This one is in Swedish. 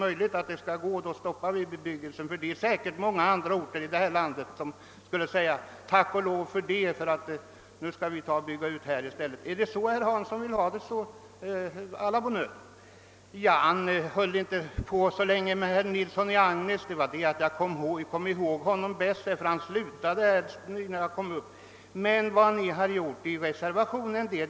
Säkerligen skulle också många orter i vårt land tacka honom för detta, ef tersom de då får en möjlighet att bygga ut i stället. Om herr Hansson vill ha det på det sättet, så å la bonne heure. Jag uppehöll mig inte så länge vid herr Nilssons i Agnäs motion. Att jag nämnde hans resonemang berodde på att han talade närmast för mig, och jag hade det då i färskt minne.